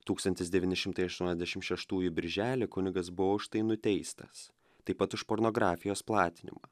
tūkstantis devyni šimtai aštuoniasdešim šeštųjų birželį kunigas buvo už tai nuteistas taip pat už pornografijos platinimą